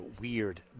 weird